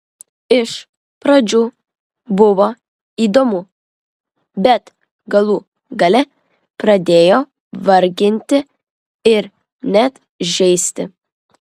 iš pradžių buvo įdomu bet galų gale pradėjo varginti ir net žeisti